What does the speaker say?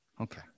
Okay